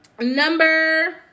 Number